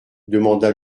demanda